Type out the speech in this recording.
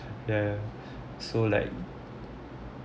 they're so like